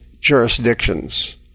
jurisdictions